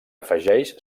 afegeix